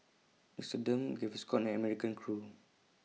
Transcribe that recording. Nixoderm Gaviscon and American Crew